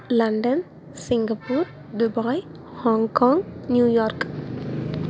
London Singapore Dubai Hong Kong New York